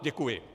Děkuji. .